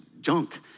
junk